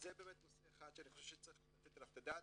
זה נושא אחד שאני חושב שצריך לתת עליו את הדעת,